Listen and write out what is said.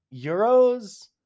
euros